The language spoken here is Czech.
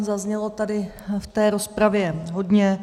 Zaznělo tady v rozpravě hodně.